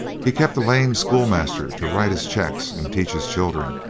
he kept a lame schoolmaster to write his cheques and teach his children,